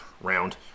round